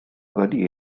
early